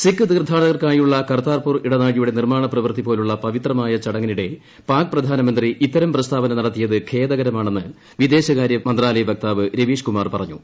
സിഖ് തീർത്ഥാടകർക്കായുള്ള കർത്യാർപൂർ ഇടനാഴിയുടെ നിർമ്മാണ പ്രവൃത്തി പോലുള്ള പ്രവിത്രമായ ചടങ്ങിനിടെ പാക് പ്രധാനമന്ത്രി ഇത്തരം പ്രസ്താവന നടത്തിയത് ഖേദകരമാണെന്ന് വിദേശകാര്യ മന്ത്രാലയ വക്താവ് രവീഷ്കുമാർ പറഞ്ഞു